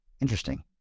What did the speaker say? Interesting